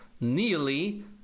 Nearly